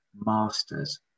masters